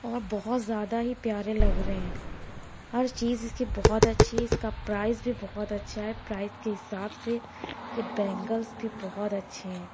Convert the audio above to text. اور بہت زیادہ ہی پیارے لگ رہے ہیں ہر چیز اِس کی بہت اچھی ہے اِس کا پرائز بھی بہت اچھا ہے پرائز کے حساب سے یہ بینگلس بھی بہت اچھے ہیں